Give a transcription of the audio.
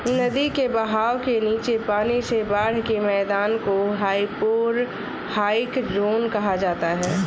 नदी के बहाव के नीचे पानी से बाढ़ के मैदान को हाइपोरहाइक ज़ोन कहा जाता है